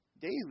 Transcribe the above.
daily